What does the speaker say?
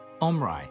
Omri